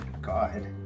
God